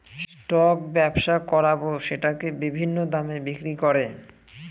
stock ব্যবসা করাবো সেটাকে বিভিন্ন দামে বিক্রি করে